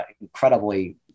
incredibly